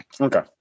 Okay